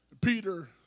Peter